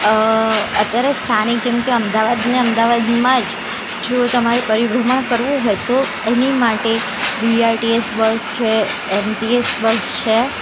અત્યારે સ્થાનિક જેમ કે અમદાવાદને અમદાવાદમાં જ જો તમારે પરિભ્રમણ કરવું હોય તો એની માટે B R T S bus છે એમ ટી એસ બસ છે